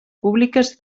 públiques